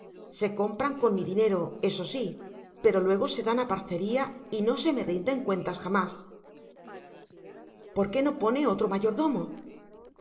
se compran con mi dinero eso sí pero luego se dan a parcería y no se me rinden cuentas jamás por qué no pone otro mayordomo